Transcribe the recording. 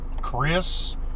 Chris